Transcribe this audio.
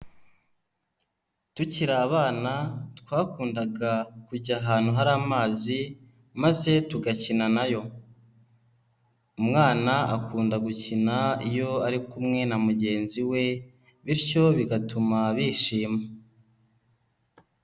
Tukiri abana twakundaga kujya ahantu hari amazi maze tugakina nayo. Umwana akunda gukina iyo ari kumwe na mugenzi we bityo bigatuma bishima.